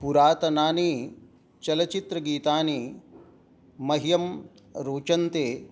पुरातनानि चलच्चित्रगीतानि मह्यं रोचन्ते